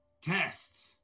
test